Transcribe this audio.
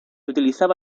utilizaba